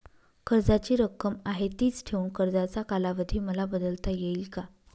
कर्जाची रक्कम आहे तिच ठेवून कर्जाचा कालावधी मला बदलता येईल का?